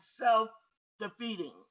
self-defeating